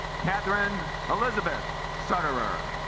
katherine elizabeth sutter er